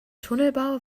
tunnelbau